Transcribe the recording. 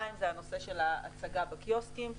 2. הנושא של ההצגה בקיוסקים.